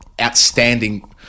outstanding